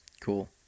Cool